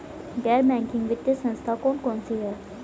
गैर बैंकिंग वित्तीय संस्था कौन कौन सी हैं?